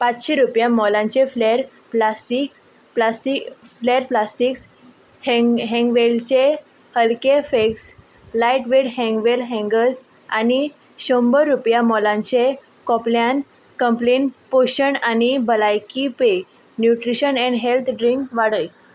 पांचशीं रुपया मोलाचें फ्लॅर प्लास्टीक्स प्लास्टी फ्लॅर प्लास्टीक्स हँग हँगवेलचे हल्केफेक्स लायट वेट हँगवेल हँगर्स आनी शंबर रुपया मोलाचे कोपल्यान कोंप्लेन पोशण आनी भलायकी पेय न्युट्रिशन एन्ड हेल्थ ड्रिंक वाडय